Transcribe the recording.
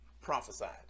prophesied